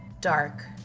dark